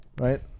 Right